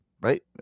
right